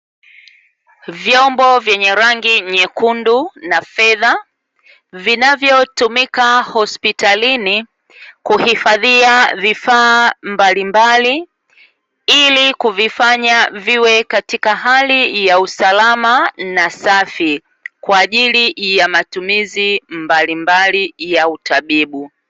Vyombo vyenye rangi nyekundu na fedha vinavyotumika hospitalini kuhifadhia vifaa mbalimbali, ili kuvifanya viwe katika hali ya usalama na safi kwa ajili ya matumizi mbalimbali ya utabibu.